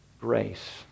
grace